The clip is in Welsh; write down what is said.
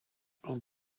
ond